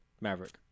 Maverick